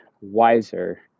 wiser